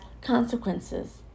consequences